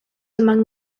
among